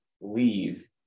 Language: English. leave